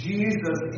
Jesus